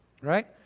right